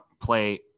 play